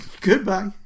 Goodbye